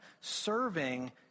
Serving